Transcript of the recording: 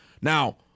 Now